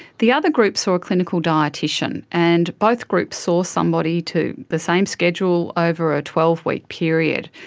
the other group saw a clinical dietician, and both groups saw somebody to the same schedule, over a twelve week period.